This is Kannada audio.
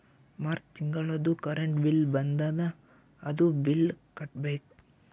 ಮಾರ್ಚ್ ತಿಂಗಳದೂ ಕರೆಂಟ್ ಬಿಲ್ ಬಂದದ, ಅದೂ ಬಿಲ್ ಕಟ್ಟಬೇಕ್